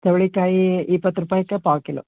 ಚೌಳಿಕಾಯಿ ಇಪ್ಪತ್ತು ರೂಪಾಯ್ಗೆ ಪಾವು ಕಿಲೋ